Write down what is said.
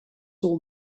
all